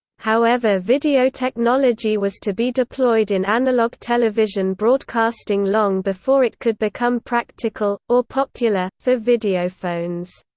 however video technology was to be deployed in analog television broadcasting long before it could become practical or popular for videophones.